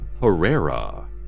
Herrera